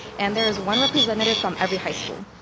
and there is one representative from every high school.